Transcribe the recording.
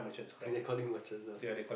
so they calling merchants ah